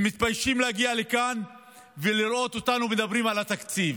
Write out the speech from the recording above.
הם מתביישים להגיע לכאן ולראות אותנו מדברים על התקציב,